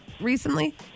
recently